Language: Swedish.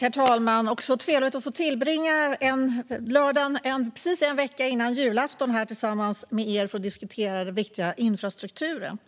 Herr talman! Så trevligt att få tillbringa en lördag precis en vecka före julafton tillsammans med alla här och diskutera den viktiga infrastrukturen!